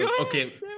Okay